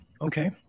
okay